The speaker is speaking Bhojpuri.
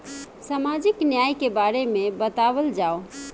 सामाजिक न्याय के बारे में बतावल जाव?